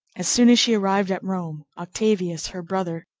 as soon as she arrived at rome, octavius, her brother,